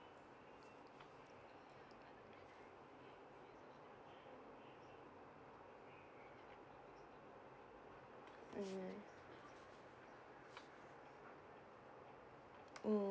mm mm